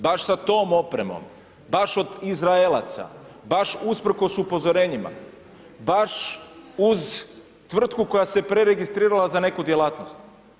Baš sa tom opremom, baš od Izraelaca, baš usprkos upozorenjima, baš uz tvrtku koja se preregistrirala za neku djelatnost?